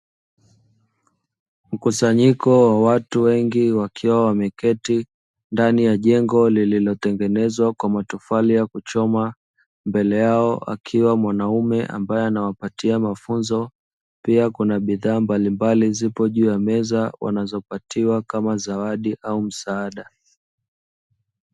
Mkusanyiko wa watu wengi wakiwa wameketi ndani ya jengo lililotengenezwa kwa matofali ya kuchoma mbele yao akiwa mwanaume ambaye anawapatia mafunzo pia kuna bidhaa mbalimbali zipo juu ya meza wanazopatiwa kama zawadi au msaada.